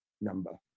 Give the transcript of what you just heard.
number